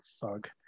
thug